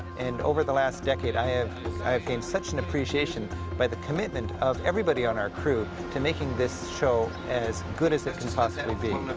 and over the last decade i ah have gained such an appreciation by the commitment of everybody on our crew to making this show as good as it can possibly be.